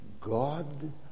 God